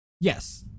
Yes